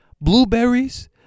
Blueberries